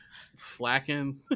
slacking